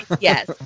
yes